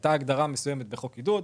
הייתה הגדרה מסוימת בחוק עידוד,